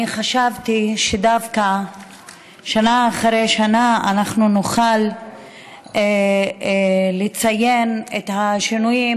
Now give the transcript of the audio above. חשבתי שדווקא שנה אחרי שנה נוכל לציין את השינויים